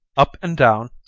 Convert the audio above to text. up and down,